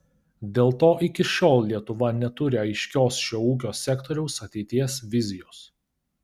dėl to iki šiol lietuva neturi aiškios šio ūkio sektoriaus ateities vizijos